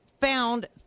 found